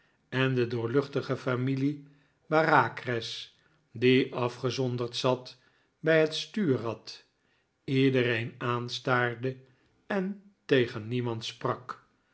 en de doorluchtige familic bareacres die afgezonderd zat bij het stuurrad iedereen aanstaarde en tegen niemand sprak